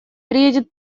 приедет